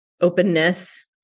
openness